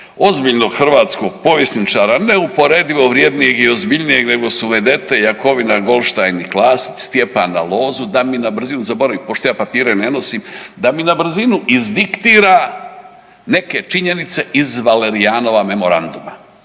ozbiljnog hrvatskog povjesničara neusporedivo vrjednijeg i ozbiljnije nego su .../Govornik se ne razumije./... Jakovina, Goldstein i Klasić, Stjepana Lozu, da mi, na brzinu, zaboravim, pošto ja papire ne nosim, da mi na brzinu izdiktira neke činjenice iz Valerijanova memoranduma,